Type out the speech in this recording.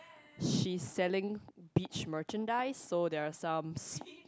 she's selling beach merchandise so there are some